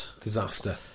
Disaster